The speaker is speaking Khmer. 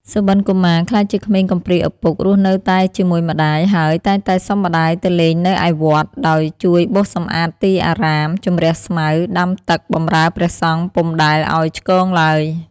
សុបិនកុមារក្លាយជាក្មេងកំព្រាឪពុក រស់នៅតែជាមួយម្តាយ ហើយ តែងតែសុំម្តាយទៅលេងនៅឯវត្ត ដោយជួយបោសសំអាតទីអារាម ជម្រះស្មៅ ដាំទឹក បម្រើព្រះសង្ឃពុំដែលឱ្យឆ្គងឡើយ ។